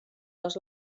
les